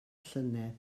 llynedd